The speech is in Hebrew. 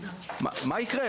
מה יקרה?